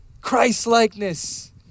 Christ-likeness